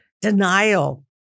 denial